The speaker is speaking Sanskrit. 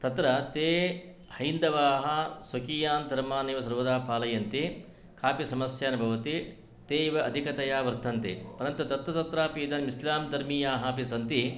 तत्र ते हैन्दवाः स्वकीयान् धर्मान् एव सर्वदा पालयन्ति कापि समस्या न भवति ते एव अधिकतया वर्तन्ते परन्तु तत्र तत्रापि इदानीम् इस्लाम्धर्मीयाः अपि सन्ति